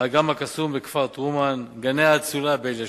"האגם הקסום" בכפר-טרומן, "גני האצולה" באלישיב,